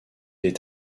est